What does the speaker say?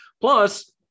Plus